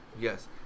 Yes